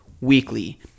weekly